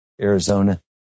Arizona